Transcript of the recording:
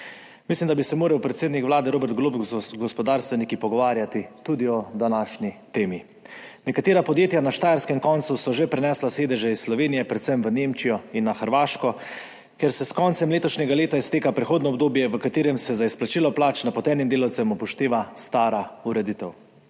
Mislim, da bi se moral predsednik Vlade Robert Golob z gospodarstveniki pogovarjati tudi o današnji temi. Nekatera podjetja na štajerskem koncu so že prenesla sedeže iz Slovenije predvsem v Nemčijo in na Hrvaško, ker se s koncem letošnjega leta izteka prehodno obdobje, v katerem se za izplačilo plač napotenim delavcem upošteva stara ureditev.